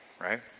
right